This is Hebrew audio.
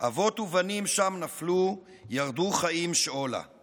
אבות ובנים שם נפלו ירדו חיים שאולה /